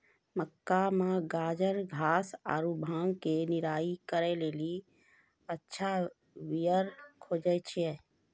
मक्का मे गाजरघास आरु भांग के निराई करे के लेली अच्छा वीडर खोजे छैय?